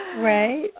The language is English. Right